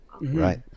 Right